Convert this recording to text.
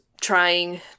trying